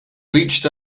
reached